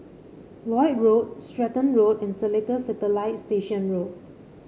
Lloyd Road Stratton Road and Seletar Satellite Station Road